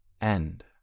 End